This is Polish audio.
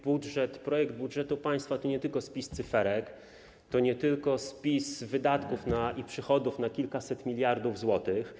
Budżet, projekt budżetu państwa to nie tylko spis cyferek, to nie tylko spis wydatków i przychodów na kilkaset miliardów złotych.